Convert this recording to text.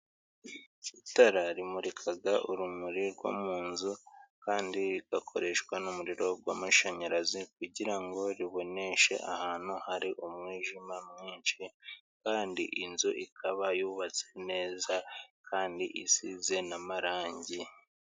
Itara rimurikaga urumuri rwo munzu kandi rigakoreshwa n'umuriro w'amashanyarazi kugira ngo riboneshe ahantu hari umwijima mwinshi kandi inzu ikaba yubatse neza kandi isize n'amarangi.